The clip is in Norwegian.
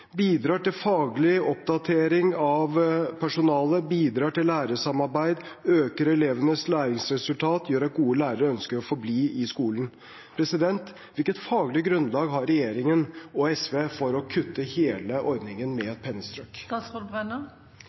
bidrar til faglig oppdatering av personalet, bidrar til lærersamarbeid, øker elevenes læringsresultat, gjør at gode lærere ønsker å forbli i skolen. Hvilket faglig grunnlag har regjeringen og SV for å kutte hele ordningen med et pennestrøk?